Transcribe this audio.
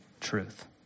truth